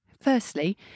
Firstly